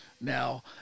now